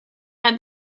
had